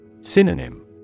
Synonym